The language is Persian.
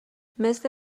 مثل